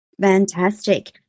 Fantastic